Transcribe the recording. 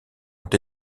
ont